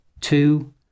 two